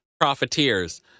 profiteers